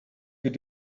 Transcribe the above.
good